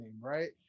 right